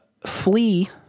flee